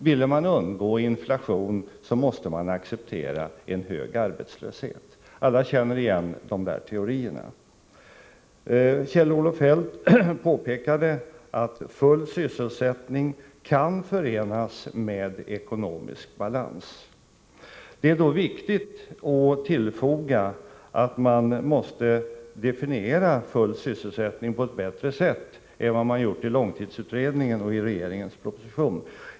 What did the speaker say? Ville man undgå inflation, då måste man acceptera en hög arbetslöshet. Alla känner igen de teorierna. Kjell-Olof Feldt ansåg att full sysselsättning kan förenas med ekonomisk balans. Det är då viktigt att tillfoga att man måste definiera full sysselsättning på ett bättre sätt än vad som gjorts i långtidsutredningen och i regeringens proposition.